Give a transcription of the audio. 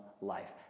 life